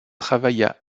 travailla